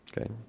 okay